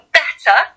better